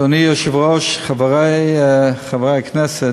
אדוני היושב-ראש, חברי חברי הכנסת,